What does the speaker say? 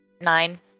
Nine